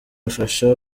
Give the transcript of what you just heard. bifasha